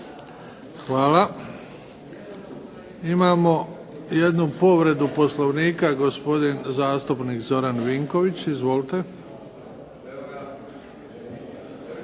Hvala. Imamo jednu povredu Poslovnika, gospodin zastupnik Zoran Vinković. Izvolite.